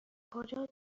کجا